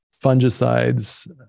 fungicides